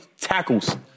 tackles